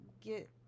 get